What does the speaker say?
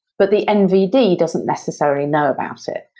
but the nvd doesn't necessarily know about it.